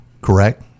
correct